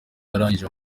arangije